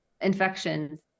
infections